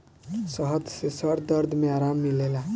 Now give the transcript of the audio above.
शहद से सर दर्द में आराम मिलेला